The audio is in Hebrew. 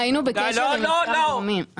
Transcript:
היינו בקשר עם מספר גורמים.